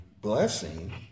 blessing